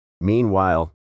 Meanwhile